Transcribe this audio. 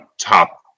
top